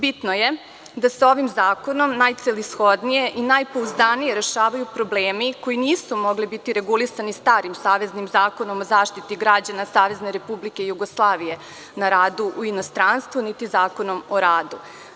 Bitno je da se ovim zakonom najcelishodnije i najpouzdanije rešavaju problemi koji nisu mogli biti regulisani starim saveznim Zakonom o zaštiti građana Savezne Republike Jugoslavije na radu u inostranstvu, niti Zakonom o radu.